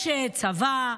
יש צבא,